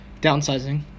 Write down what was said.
downsizing